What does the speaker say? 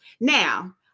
Now